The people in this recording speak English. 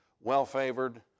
well-favored